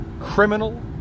criminal